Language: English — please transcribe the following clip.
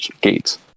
gates